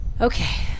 Okay